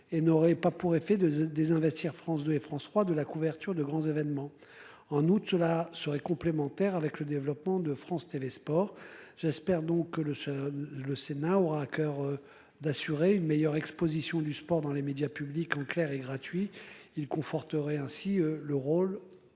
et n'aurait pas pour effet de désinvestir, France 2 et France 3 de la couverture de grands événements en août cela serait complémentaire avec le développement de France TV, Sport. J'espère donc que le, ça le Sénat aura à coeur d'assurer une meilleure Exposition du sport dans les médias publics en clair et gratuit il conforterait ainsi le rôle